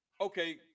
okay